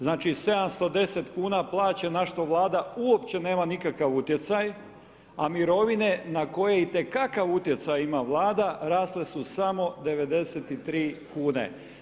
Znači 710 kn plaća na što vlada uopće nema nikakav utjecaj, a mirovine na koje itekakav utjecaju ima vlada, rasle su samo 93kn.